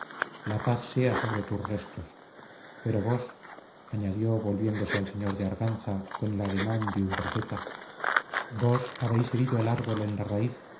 la paz sea sobre tus restos pero vos añadió volviéndose al señor de arganza con el ademán de un profeta vos habéis herido el árbol en la raíz